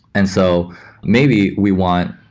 and so maybe we want,